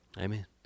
Amen